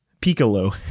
piccolo